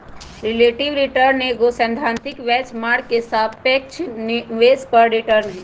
relative return एगो सैद्धांतिक benchmark के सापेक्ष निवेश पर रिटर्न हइ